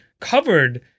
covered